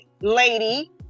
lady